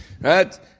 right